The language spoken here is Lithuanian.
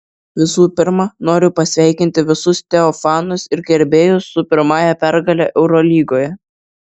visų pirma noriu pasveikinti visus teo fanus ir gerbėjus su pirmąja pergale eurolygoje